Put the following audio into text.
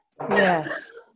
Yes